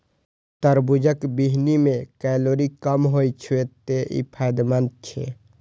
तरबूजक बीहनि मे कैलोरी कम होइ छै, तें ई फायदेमंद छै